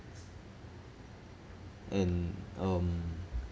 and um